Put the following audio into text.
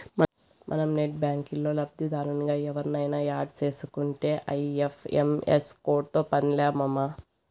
మనం నెట్ బ్యాంకిల్లో లబ్దిదారునిగా ఎవుర్నయిన యాడ్ సేసుకుంటే ఐ.ఎఫ్.ఎం.ఎస్ కోడ్తో పన్లే మామా